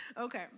Okay